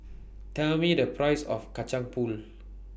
Tell Me The Price of Kacang Pool